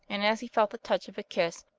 and as he felt the touch of a kiss,